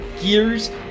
Gears